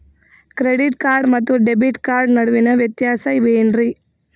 Credit card ಮತ್ತು debit card ನಡುವಿನ ವ್ಯತ್ಯಾಸ ವೇನ್ರೀ?